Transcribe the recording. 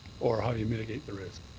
or how you mitigate the risk.